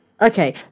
okay